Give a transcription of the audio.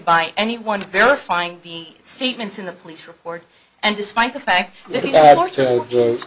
by anyone verifying the statements in the police report and despite the fact that he